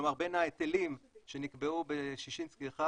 כלומר בין ההיטלים שנקבעו בששינסקי 1